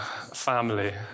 family